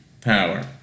power